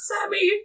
Sammy